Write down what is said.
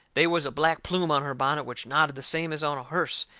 they was a black plume on her bunnet which nodded the same as on a hearse,